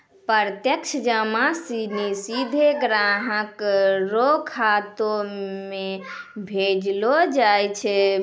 प्रत्यक्ष जमा सिनी सीधे ग्राहक रो खातो म भेजलो जाय छै